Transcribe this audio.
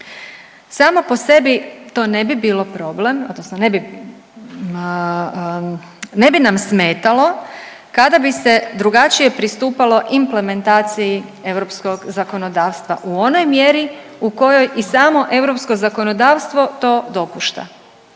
Samo po sebi to ne bi bilo problem, a to se ne bi, ne bi nam smetalo kada bi se drugačije pristupalo implementaciji europskog zakonodavstva u onoj mjeri u kojoj i samo europsko zakonodavstvo to dopušta.